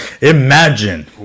Imagine